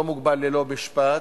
מסוימת,